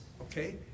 okay